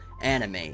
anime